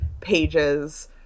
pages